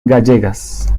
gallegas